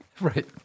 Right